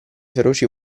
feroci